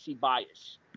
bias